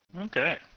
Okay